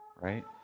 right